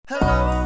Hello